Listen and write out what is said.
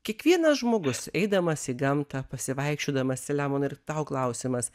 kiekvienas žmogus eidamas į gamtą pasivaikščiodamas selemonai ir tau klausimas